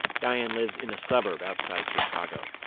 diane lives in a suburb outside chicago.